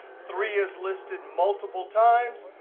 three is listed multiple times,